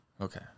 Okay